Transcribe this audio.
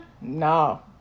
No